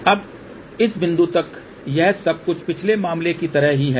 अब इस बिंदु तक यह सब कुछ पिछले मामले की तरह ही है